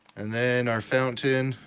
and then our fountain,